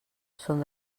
són